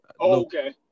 Okay